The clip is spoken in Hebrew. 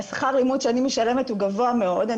השכר לימוד שאני משלמת הוא גבוה מאוד.